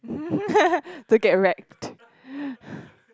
don't get wrecked